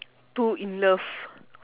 too in love